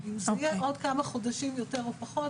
אם זה יהיה עוד כמה חודשים יותר או פחות,